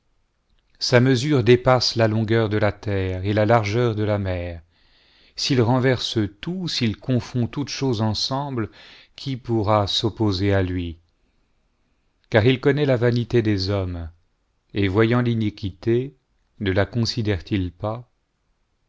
sa mesure dépasse la longueur de la terre et la largeur de la mer s'il renverse tout s'il confond toutes choses ensemble qui pourra s'opposer à lui car il connaît la vanité des hommes et voyant l'iniquité ne la considère-t-il pas